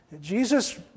Jesus